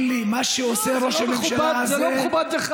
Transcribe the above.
עם כל הכבוד לך, זה לא יכול להיות.